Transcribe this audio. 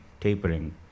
tapering